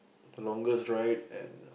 the Longest Ride and